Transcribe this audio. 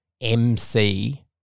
MC